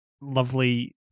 lovely